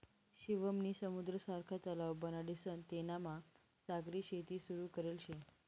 शिवम नी समुद्र सारखा तलाव बनाडीसन तेनामा सागरी शेती सुरू करेल शे